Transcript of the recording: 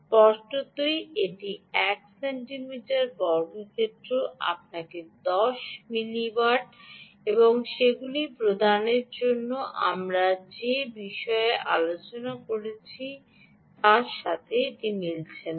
স্পষ্টতই এটি 1 সেন্টিমিটার বর্গক্ষেত্রটি আপনাকে 10 মিলিওয়াট এবং সেগুলি প্রদানের জন্য আমরা যে বিষয়ে আলোচনা করেছি তার সাথে এটি মিলছে না